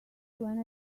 when